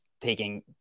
taking